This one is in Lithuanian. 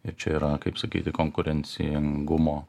ir čia yra kaip sakyti konkurencingumo